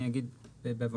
אני אגיד בעוונותינו,